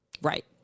Right